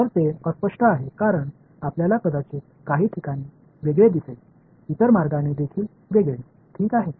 तर ते अस्पष्ट आहे कारण आपल्याला कदाचित काही ठिकाणी वेगळे दिसेल इतर मार्गाने देखील वेगळे ठीक आहे